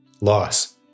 loss